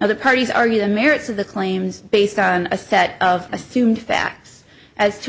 of the parties argue the merits of the claims based on a set of assumed facts as to